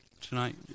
tonight